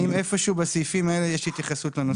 האם איפה שהוא בסעיפים האלה יש התייחסות לנושא?